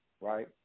Right